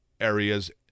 areas